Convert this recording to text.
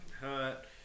hurt